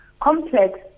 complex